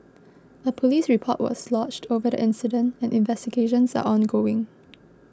a police report was lodged over the incident and investigations are ongoing